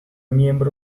miembro